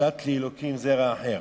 שת לי אלוקים זרע אחר.